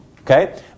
Okay